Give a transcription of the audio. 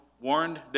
warned